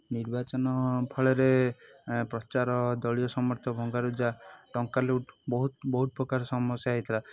ନିର୍ବାଚନ ଫଳରେ ପ୍ରଚାର ଦଳୀୟ ସମର୍ଥନ ଭଙ୍ଗାରୁଜା ଟଙ୍କା ଲୁଟ୍ ବହୁତ ବହୁତ ପ୍ରକାର ସମସ୍ୟା ହୋଇଥିଲା